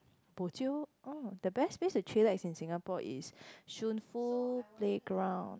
bo jio oh the best place to chillax is Shunfu playground